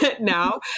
now